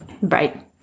Right